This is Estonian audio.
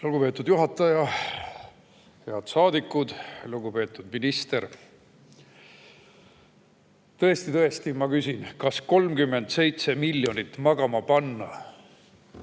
Lugupeetud juhataja! Head saadikud! Lugupeetud minister! Tõesti, ma küsin, kas 37 miljonit magama panna